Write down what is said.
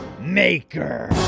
maker